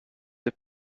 the